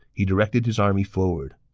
he directed his army forward.